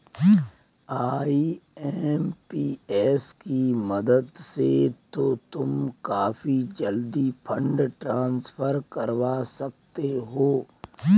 IMPS की मदद से तो तुम काफी जल्दी फंड ट्रांसफर करवा सकते हो